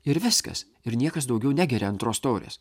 ir viskas ir niekas daugiau negeria antros taurės